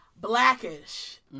Blackish